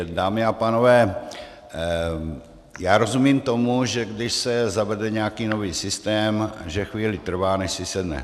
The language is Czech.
Dámy a pánové, já rozumím tomu, že když se zavede nějaký nový systém, že chvíli trvá, než si sedne.